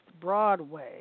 Broadway